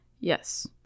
Yes